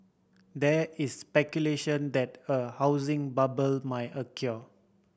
there is speculation that a housing bubble may occur